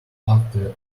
after